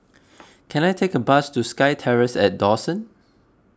can I take a bus to SkyTerrace at Dawson